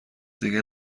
دیگه